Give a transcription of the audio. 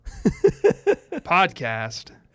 podcast